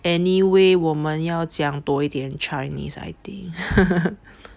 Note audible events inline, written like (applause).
anyway 我们要讲多一点 Chinese I think (laughs)